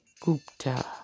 Gupta